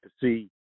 see